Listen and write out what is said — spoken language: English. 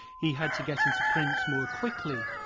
he had to get into print more quickly.